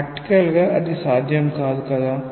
practical గా అది సాధ్యం కాదు కదా